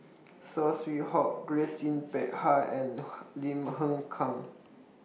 Saw Swee Hock Grace Yin Peck Ha and Lim Hng Kang